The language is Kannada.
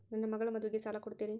ನನ್ನ ಮಗಳ ಮದುವಿಗೆ ಸಾಲ ಕೊಡ್ತೇರಿ?